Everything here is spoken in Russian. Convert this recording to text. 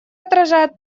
отражает